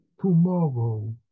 tomorrow